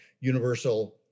universal